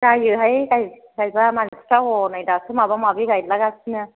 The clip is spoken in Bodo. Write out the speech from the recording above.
जायोहाय गाइ गायबा मानसिफ्रा हनै दासो माबा माबि गायलागासिनो